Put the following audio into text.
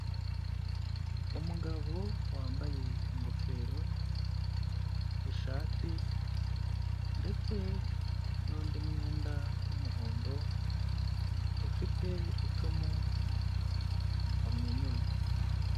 Umugabo wambaye ingofero, ishati ndetse n'undi mwenda w'umuhondo, ufite icumu mu ntoki wamwenyuye.